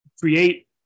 create